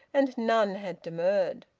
and none had demurred.